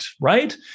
right